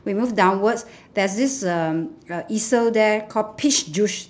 we move downwards there's this um uh easel there called peach juice